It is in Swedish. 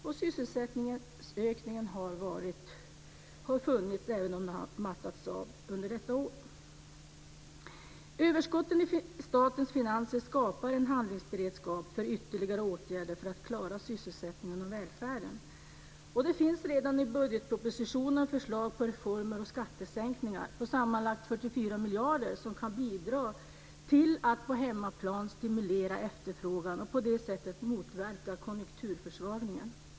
Den har skett en sysselsättningsökning, även om den har mattats av under detta år. Överskotten i statens finanser skapar en handlingsberedskap för ytterligare åtgärder för att man ska klara sysselsättningen och välfärden. Det finns redan i budgetpropositionen förslag till reformer och skattesänkningar för sammanlagt 44 miljarder som kan bidra till att stimulera efterfrågan på hemmaplan och på det sättet motverka konjunkturförsvagningen.